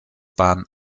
bahn